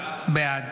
בעד